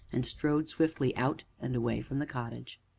and strode swiftly out and away from the cottage.